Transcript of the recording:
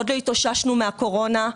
עוד לא התאוששנו מהקורונה.